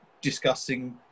discussing